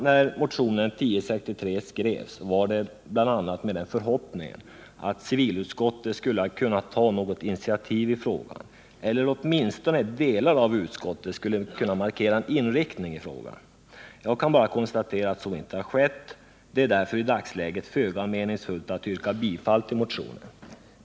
När motionen 1063 skrevs var det bl.a. med den förhoppningen att civilutskottet skulle kunna ta något initiativ i frågan eller att åtminstone delar av utskottet skulle markera en inriktning i frågan. Jag kan bara konstatera att så inte skett. Det är därför i dagsläget föga meningsfullt att yrka bifall till motionen.